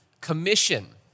commission